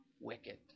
wicked